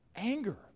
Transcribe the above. Anger